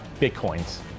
bitcoins